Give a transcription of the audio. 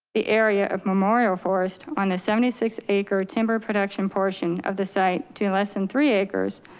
the area of memorial forest on the seventy six acre timber production portion of the site, to less than three acres,